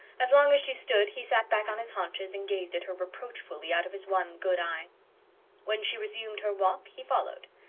as long as she stood he sat back on his haunches and gazed at her reproachfully out of his one good eye when she resumed her walk he followed.